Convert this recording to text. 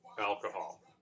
alcohol